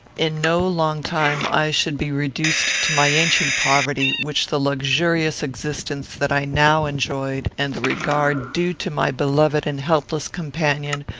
in no long time i should be reduced to my ancient poverty, which the luxurious existence that i now enjoyed, and the regard due to my beloved and helpless companion,